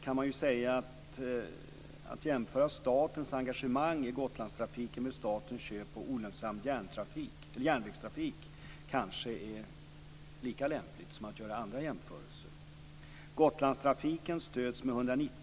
kan man säga att det kanske är lika lämpligt att jämföra statens engagemang i Gotlandstrafiken med statens köp av olönsam järnvägstrafik som att göra andra jämförelser.